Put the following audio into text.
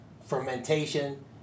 fermentation